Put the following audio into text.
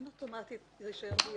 אין אוטומטית רישיון לייצוא.